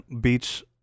beach